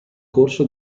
corso